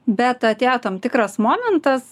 bet atėjo tam tikras momentas